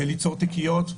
ליצור תיקיות.